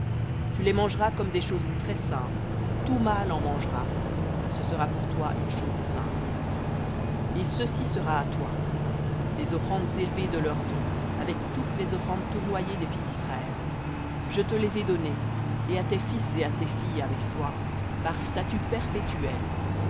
tu les mangeras comme des choses très saintes tout mâle en mangera ce sera pour toi une chose sainte et ceci sera à toi les offrandes élevées de leurs dons avec toutes les offrandes tournoyées des fils d'israël je te les ai données et à tes fils et à tes filles avec toi par statut perpétuel